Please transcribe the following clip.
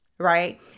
Right